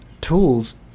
tools